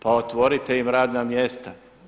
Pa otvorite im radna mjesta.